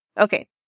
Okay